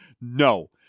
No